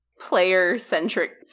player-centric